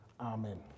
Amen